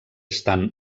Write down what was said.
estan